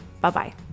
Bye-bye